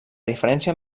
diferència